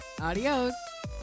Adios